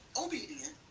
obedient